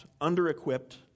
under-equipped